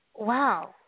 Wow